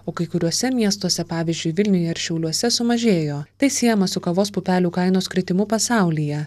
o kai kuriuose miestuose pavyzdžiui vilniuje ir šiauliuose sumažėjo tai siejama su kavos pupelių kainos kritimu pasaulyje